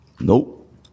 Nope